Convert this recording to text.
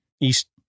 east